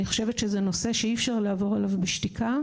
אני חושבת שזה נושא שאי אפשר לעבור עליו בשתיקה,